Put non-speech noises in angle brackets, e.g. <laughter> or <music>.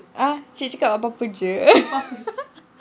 uh cik cakap apa-apa jer <laughs>